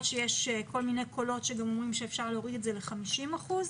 שיש כל מיני קולות שגם אומרים שאפשר להוריד את ה ל-50 אחוזים.